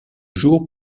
jour